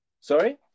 Sorry